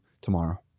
tomorrow